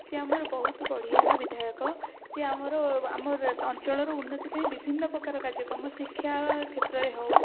ସିଏ ଆମର ବହୁତ ବଢ଼ିଆ ବିଧାୟକ ସିଏ ଆମର ଆମ ଅଞ୍ଚଳର ଉନ୍ନତି ପାଇଁ ବିଭିନ୍ନ ପ୍ରକାର କାର୍ଯ୍ୟକ୍ରମ ଶିକ୍ଷା କ୍ଷେତ୍ରରେ ହେଉ